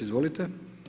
Izvolite.